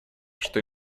что